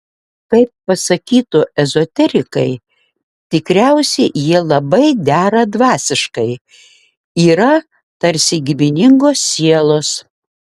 kaip pasakytų ezoterikai tikriausiai jie labai dera dvasiškai yra tarsi giminingos sielos